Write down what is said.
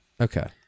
Okay